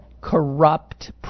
Corrupt